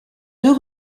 deux